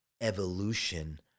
evolution